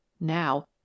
Now